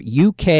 UK